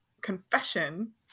confession